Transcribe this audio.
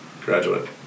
graduate